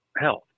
health